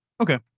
Okay